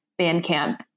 Bandcamp